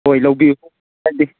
ꯍꯣꯏ ꯂꯧꯕꯤꯎ ꯀꯥꯏꯗꯦ